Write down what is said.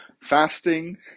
fasting